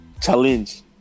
Challenge